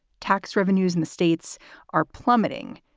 tax revenues in the states are plummeting,